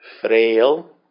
frail